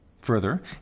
further